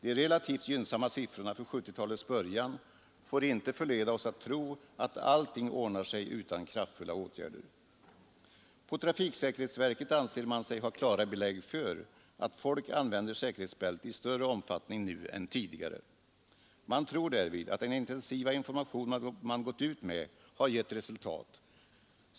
De relativt gynnsamma siffrorna för 1970-talets början får inte förleda oss att tro att allting ordnar sig utan kraftfulla åtgärder. På trafiksäkerhetsverket anser man sig ha klara belägg för att folk använder säkerhetsbälte i större omfattning nu än tidigare. Man tror därvid att den intensiva information man gått ut med gett resultat.